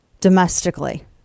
Domestically